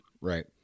right